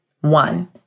one